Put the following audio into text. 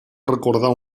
recordar